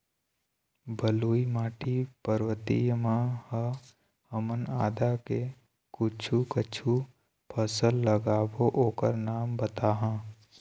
बलुई माटी पर्वतीय म ह हमन आदा के कुछू कछु फसल लगाबो ओकर नाम बताहा?